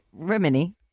Remini